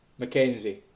McKenzie